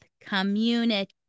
community